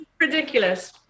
ridiculous